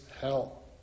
hell